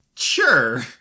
Sure